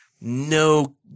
no